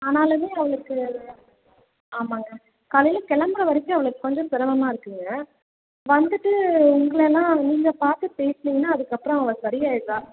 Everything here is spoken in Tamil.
ஆனாலுமே அவளுக்கு ஆமாம்ங்க காலையில் கிளம்புற வரைக்கும் அவளுக்கு கொஞ்சம் சிரமமாக இருக்கும்ங்க வந்துவிட்டு உங்களைலாம் நீங்கள் பார்த்து பேசுனீங்கன்னா அதுக்கப்புறம் அவ சரியாகிடுறா